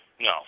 No